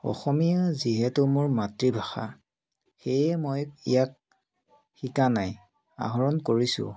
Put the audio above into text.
অসমীয়া যিহেতু মোৰ মাতৃভাষা সেয়ে মই ইয়াক শিকা নাই আহৰণ কৰিছোঁ